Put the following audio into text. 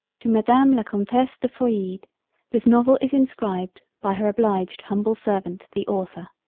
to madame la comtesse de feuillide this novel is inscribed by her obliged humble servant the author.